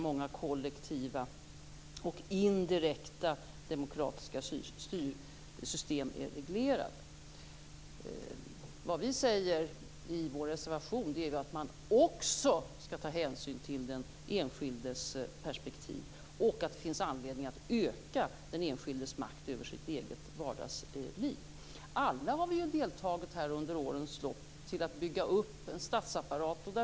Många kollektiva och indirekta demokratiska styrsystem finns reglerade där. I vår reservation säger vi att man också skall ta hänsyn till den enskildes perspektiv och att det finns anledning att öka den enskildes makt över sitt eget vardagsliv. Alla vi här har under årens lopp medverkat till uppbyggnaden av en statsapparat.